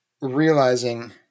realizing